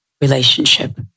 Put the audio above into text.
relationship